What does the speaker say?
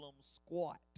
squat